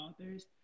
authors